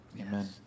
amen